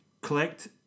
collect